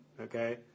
okay